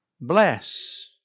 bless